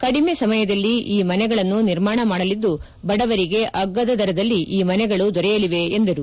ಕಡಿಮೆ ಸಮಯದಲ್ಲಿ ಈ ಮನೆಗಳನ್ನು ನಿರ್ಮಾಣ ಮಾಡಲಿದ್ದು ಬಡವರಿಗೆ ಅಗ್ಗದ ದರದಲ್ಲಿ ಮನೆಗಳು ದೊರೆಯಲಿವೆ ಎಂದರು